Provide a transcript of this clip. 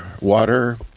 water